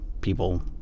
people